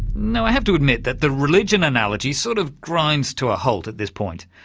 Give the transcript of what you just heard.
now i have to admit that the religion analogy sort of grinds to a halt at this point,